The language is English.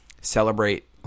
celebrate